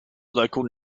local